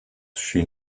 she